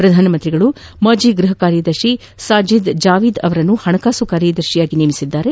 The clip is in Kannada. ಪ್ರಧಾನಮಂತ್ರಿಗಳು ಮಾಜಿ ಗ್ಬಹ ಕಾರ್ಯದರ್ಶಿ ಸಾಜೀದ್ ಜಾವಿದ್ ಅವರನ್ನು ಹಣಕಾಸು ಕಾರ್ಯದರ್ಶಿಯಾಗಿ ನೇಮಿಸಿದ್ದಾರೆ